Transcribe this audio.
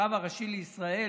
הרב הראשי לישראל,